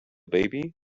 baby